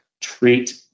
treat